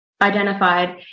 identified